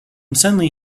suddenly